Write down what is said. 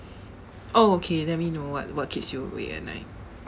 oh okay let me know what what keeps you awake at night